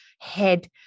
head